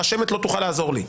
הרשמת לא תוכל לעזור לי.